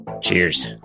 Cheers